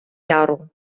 яру